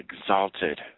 exalted